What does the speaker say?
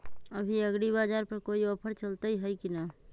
अभी एग्रीबाजार पर कोई ऑफर चलतई हई की न?